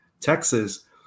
Texas